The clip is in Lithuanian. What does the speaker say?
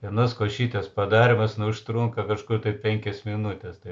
vienos košytės padarymas nu užtrunka kažkur tai penkias minutes tai